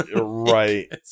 right